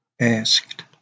asked